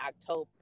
October